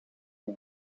het